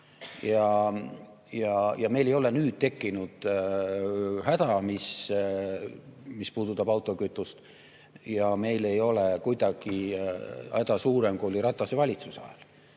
Ja meil ei ole nüüd tekkinud häda, mis puudutab autokütust, ja meil ei ole kuidagi häda suurem, kui oli Ratase valitsuse ajal.